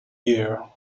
year